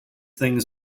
things